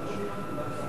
כנסת נכבדה,